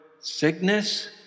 sickness